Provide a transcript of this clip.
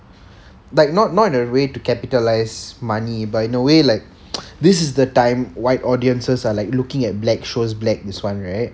like not not in a way to capitalise money but in a way like this is the time white audiences are like looking at black shows black this one right